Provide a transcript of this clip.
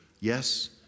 yes